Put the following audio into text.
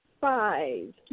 five